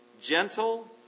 gentle